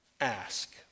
ask